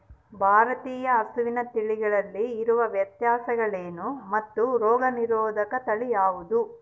ಭಾರತೇಯ ಹಸುವಿನ ತಳಿಗಳಲ್ಲಿ ಇರುವ ವ್ಯತ್ಯಾಸಗಳೇನು ಮತ್ತು ರೋಗನಿರೋಧಕ ತಳಿ ಯಾವುದು?